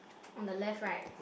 on the left right